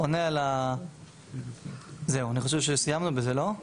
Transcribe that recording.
אני חושב שסיימנו בזה, לא?